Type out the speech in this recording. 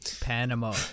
Panama